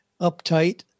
uptight